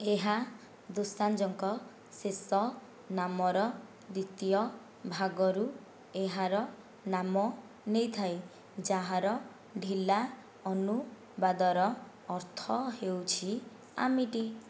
ଏହା ଦୋସାଞ୍ଜଙ୍କ ଶେଷ ନାମର ଦ୍ୱିତୀୟ ଭାଗରୁ ଏହାର ନାମ ନେଇଥାଏ ଯାହାର ଢିଲା ଅନୁବାଦର ଅର୍ଥ ହେଉଛି ଆମିଟି